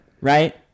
Right